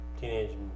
Teenage